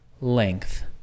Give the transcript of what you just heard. length